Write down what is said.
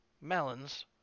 melons